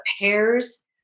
pairs